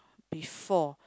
before